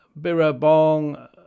Birabong